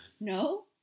No